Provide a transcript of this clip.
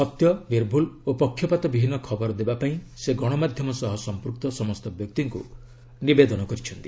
ସତ୍ୟ ନିର୍ଭୁଲ ଓ ପକ୍ଷପାତ ବିହୀନ ଖବର ଦେବାପାଇଁ ସେ ଗଣମାଧ୍ୟମ ସହ ସମ୍ପୃକ୍ତ ସମସ୍ତ ବ୍ୟକ୍ତିଙ୍କୁ ନିବେଦନ କରିଛନ୍ତି